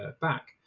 back